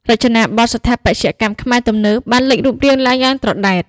រចនាបថ "ស្ថាបត្យកម្មខ្មែរទំនើប" បានលេចរូបរាងឡើងយ៉ាងត្រដែត។